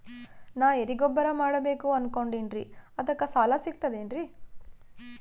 ನಾ ಎರಿಗೊಬ್ಬರ ಮಾಡಬೇಕು ಅನಕೊಂಡಿನ್ರಿ ಅದಕ ಸಾಲಾ ಸಿಗ್ತದೇನ್ರಿ?